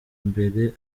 imbere